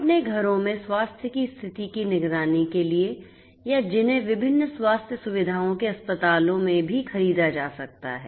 अपने घरों में स्वास्थ्य की स्थिति की निगरानी के लिए या जिन्हें विभिन्न स्वास्थ्य सुविधाओं के अस्पतालों में भी खरीदा जा सकता है